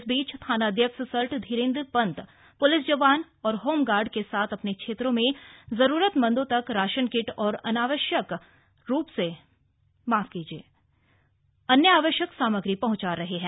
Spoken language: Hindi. इस बीच थानाध्यक्ष सल्ट धीरेन्द्र पन्त पुलिस जवानों और होमगार्ड के साथ अपने क्षेत्र में जरूरतमन्दों तक राशन किट और अन्य आवश्यक सामग्री पहुंचा रहे हैं